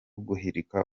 guhirika